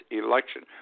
election